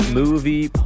movie